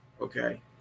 okay